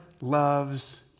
loves